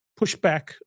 pushback